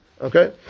Okay